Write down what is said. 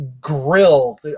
grill